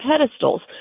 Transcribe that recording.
pedestals